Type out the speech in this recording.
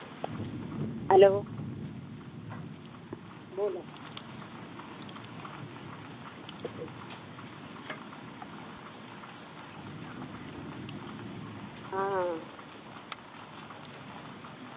hello बोलो हाँ